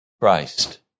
Christ